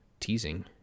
teasing